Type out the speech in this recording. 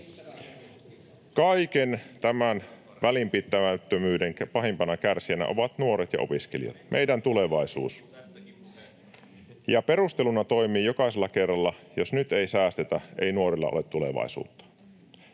Kaiken tämän välinpitämättömyyden pahimpana kärsijänä ovat nuoret ja opiskelijat. Meidän tulevaisuus. Ja perusteluna toimii jokaisella kerralla "jos nyt ei säästetä, ei nuorilla ole tulevaisuutta".